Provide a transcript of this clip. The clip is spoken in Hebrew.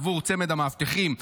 עבור צמד המאבטחים,